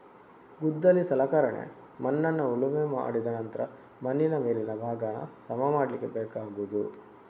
ಗುದ್ದಲಿ ಸಲಕರಣೆ ಮಣ್ಣನ್ನ ಉಳುಮೆ ಮಾಡಿದ ನಂತ್ರ ಮಣ್ಣಿನ ಮೇಲಿನ ಭಾಗಾನ ಸಮ ಮಾಡ್ಲಿಕ್ಕೆ ಬೇಕಾಗುದು